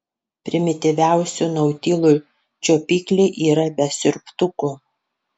primityviausių nautilų čiuopikliai yra be siurbtukų